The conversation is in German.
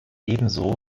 ebenso